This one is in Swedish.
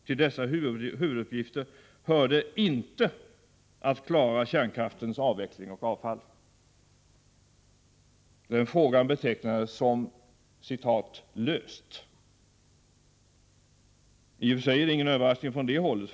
Till dessa huvuduppgifter hörde inte att klara kärnkraftens avveckling och avfall. Den frågan betecknades som ”löst”. I och för sig var detta ingen överraskning från det hållet.